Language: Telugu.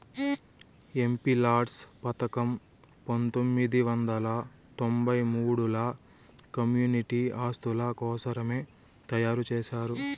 ఎంపీలాడ్స్ పథకం పంతొమ్మిది వందల తొంబై మూడుల కమ్యూనిటీ ఆస్తుల కోసరమే తయారు చేశారు